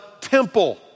temple